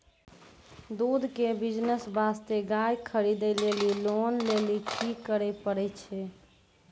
दूध के बिज़नेस वास्ते गाय खरीदे लेली लोन लेली की करे पड़ै छै?